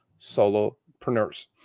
solopreneurs